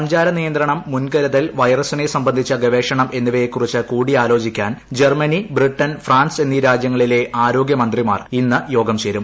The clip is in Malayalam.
സഞ്ചാരനിയന്ത്രണം മുൻകൃതൃൽ വൈറസിനെ സംബന്ധിച്ച ഗവേഷണം എന്നിവയെക്കുറിച്ച് കൂടിയാലോചിക്കാൻ ജർമ്മനി ബ്രിട്ടൺ ഫ്രാൻസ് എന്നീ രാജ്യങ്ങളിലെ ആരോഗ്യമന്ത്രിമാർ ഇന്ന് യോഗം ചേരും